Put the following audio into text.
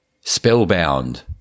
spellbound